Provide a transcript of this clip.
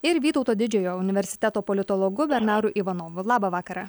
ir vytauto didžiojo universiteto politologu bernaru ivanovu labą vakarą